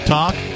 Talk